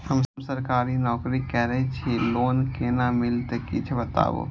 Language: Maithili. हम सरकारी नौकरी करै छी लोन केना मिलते कीछ बताबु?